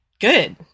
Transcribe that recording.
Good